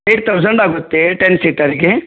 eight thousand ಆಗುತ್ತೆ ten ಸೀಟರಿಗೆ